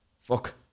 fuck